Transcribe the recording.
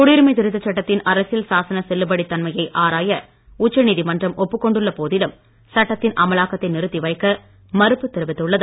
குடியுரிமை திருத்த சட்டத்தின் அரசியல் சாசன செல்லுபடித் தன்மையை ஆராய உச்சநீதிமன்றம் ஒப்புக்கொண்டுள்ள போதிலும் சட்டத்தின் அமலாக்கத்தை நிறுத்தி வைக்க மறுப்பு தெரிவித்துள்ளது